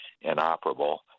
inoperable